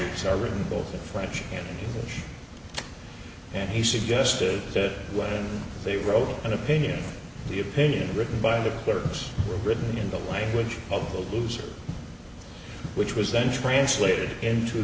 are written both french and english and he suggested that when they wrote an opinion the opinion written by the arabs were written in the language of the loser which was then translated into